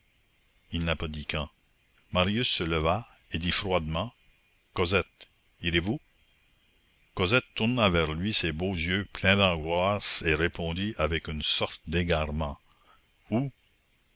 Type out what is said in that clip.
il n'a pas dit quand marius se leva et dit froidement cosette irez-vous cosette tourna vers lui ses beaux yeux pleins d'angoisse et répondit avec une sorte d'égarement où